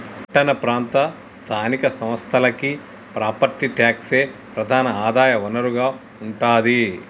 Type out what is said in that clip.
పట్టణ ప్రాంత స్థానిక సంస్థలకి ప్రాపర్టీ ట్యాక్సే ప్రధాన ఆదాయ వనరుగా ఉంటాది